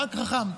רק חכם,